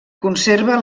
conserva